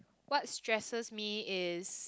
what stresses me is